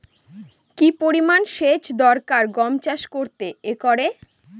কি পরিমান সেচ দরকার গম চাষ করতে একরে?